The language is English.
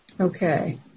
Okay